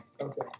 Okay